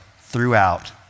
throughout